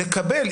לקבל.